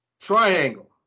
Triangle